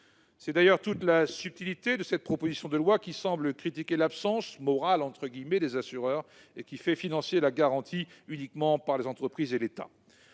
C'est d'ailleurs toute la subtilité de cette proposition de loi, qui semble critiquer l'absence « morale » des assureurs, mais qui fait financer la garantie uniquement par les entreprises et l'État.